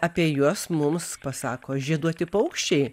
apie juos mums pasako žieduoti paukščiai